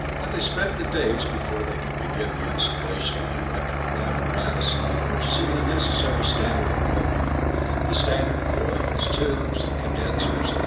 and they spent the days before they could begin the installation of the electrical apparatus in purchasing the necessary standard equipment the standard coils, tubes, condensers,